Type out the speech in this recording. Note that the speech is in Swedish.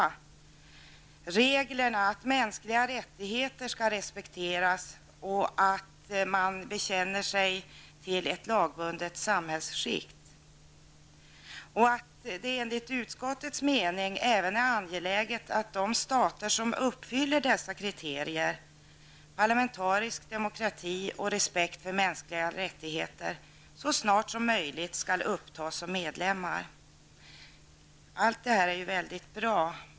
Det finns regler för att de mänskliga rättigheterna skall respekteras, och man skall bekänna sig till ett lagbundet samhällsskikt. Det är enligt utskottets mening även angeläget att de stater som uppfyller dessa kriterier, dvs. parlamentarisk demokrati och respekt för mänskliga rättigheter, så snart som möjligt skall upptas som medlemmar. Allt detta är mycket bra.